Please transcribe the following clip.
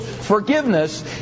forgiveness